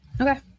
Okay